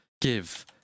Give